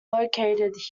located